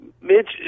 Mitch